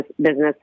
business